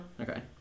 Okay